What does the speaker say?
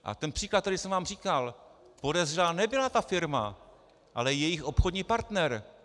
A ten příklad, který jsem vám říkal, podezřelá nebyla ta firma, ale jejich obchodní partner.